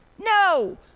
No